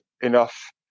enough